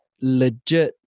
legit